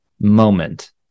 moment